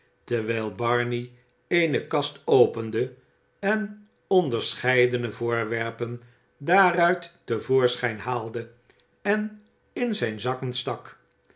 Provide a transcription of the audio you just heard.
terwijl barney eene kast opende en onderscheidene voorwerpen daaruit te voorschijn haalde en in zijne zakken stak